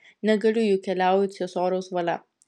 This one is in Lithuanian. negaliu juk keliauju ciesoriaus valia